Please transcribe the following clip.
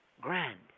grand